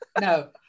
No